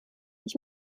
ich